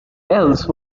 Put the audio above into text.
else